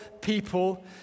people